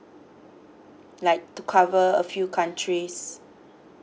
like to cover a few countries